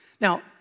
Now